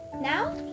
now